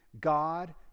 God